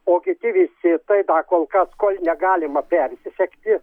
o kiti visi tai kol kas kol negalima persisegti